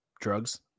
drugs